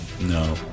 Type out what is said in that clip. No